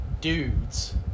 dudes